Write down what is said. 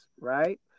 right